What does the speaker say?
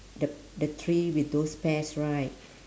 the the tree with those pears right